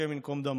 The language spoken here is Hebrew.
השם ייקום דמו,